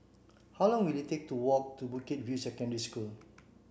how long will it take to walk to Bukit View Secondary School